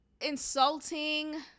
insulting